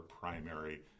primary